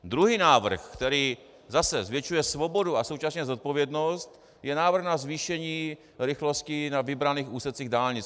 Druhý návrh, který zase zvětšuje svobodu a současně zodpovědnost, je návrh na zvýšení rychlosti na vybraných úsecích dálnic.